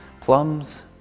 plums